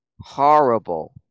horrible